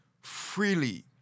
freely